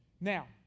Now